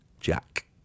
Jack